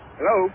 Hello